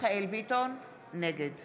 מיכאל מרדכי ביטון, נגד